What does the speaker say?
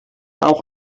auch